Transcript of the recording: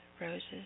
roses